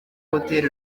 hotel